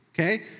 Okay